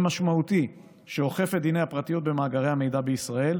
משמעותי שאוכף את דיני הפרטיות במאגרי המידע בישראל,